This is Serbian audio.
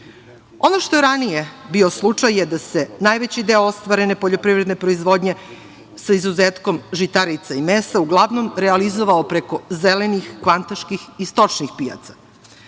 što je ranije bio slučaj je da se najveći deo ostvarene poljoprivredne proizvodnje sa izuzetkom žitarica i mesa uglavnom realizovao preko zelenih kvantaških i stočnih pijaca. Ponuda